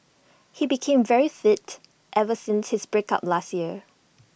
he became very fit ever since his break up last year